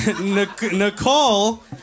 Nicole